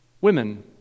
women